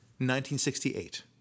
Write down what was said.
1968